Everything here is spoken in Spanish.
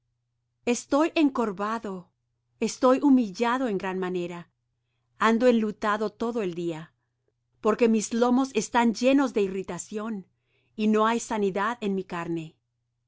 estoy encorvado estoy humillado en gran manera ando enlutado todo el día porque mis lomos están llenos de irritación y no hay sanidad en mi carne